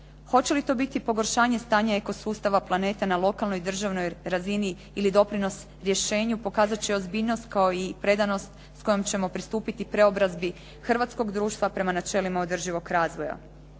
Hoće li to biti pogoršanje stanja ekosustava planeta na lokalnoj i državnoj razini ili doprinos rješenju, pokazat će ozbiljnost kao i predanost s kojom ćemo pristupiti preobrazbi hrvatskog društva prema načelima održivog razvoja.